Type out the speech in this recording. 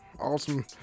awesome